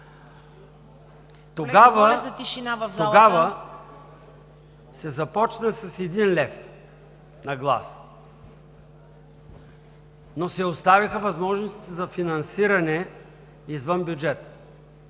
Тогава се започна с един лев на глас, но се оставиха възможности за финансиране извън бюджета.